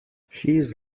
his